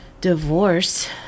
divorce